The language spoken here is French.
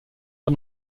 pas